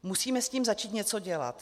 Musíme s tím začít něco dělat.